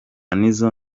nizzo